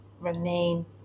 remain